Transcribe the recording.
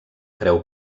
creu